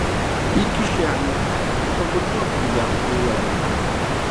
į kišenę ir pabučiuok tu jam į uodegą